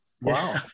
Wow